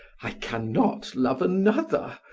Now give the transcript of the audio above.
i can not love another,